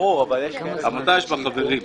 לעמותה יש חברים.